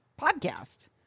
podcast